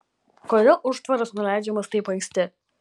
kodėl užtvaras nuleidžiamas taip anksti